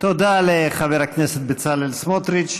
תודה לחבר הכנסת בצלאל סמוטריץ.